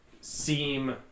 seem